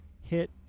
hit